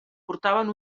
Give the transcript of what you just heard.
portaven